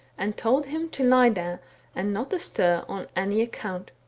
and told him to lie there and not to stir on any account.